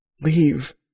Leave